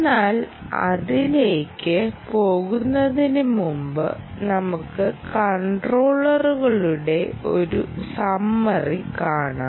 എന്നാൽ അതിലേക്ക് പോകുന്നതിനുമുമ്പ് നമുക്ക് കൺട്രോളറുകളുടെ ഒരു സമ്മറി കാണാം